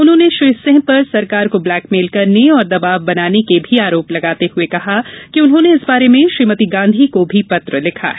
उन्होंने श्री सिंह पर सरकार को ब्लैकमेल करने और दबाव बनाने के भी आरोप लगाते हुए कहा है कि उन्होंने इस बारे में श्रीमती गांधी को भी पत्र लिखा है